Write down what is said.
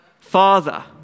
Father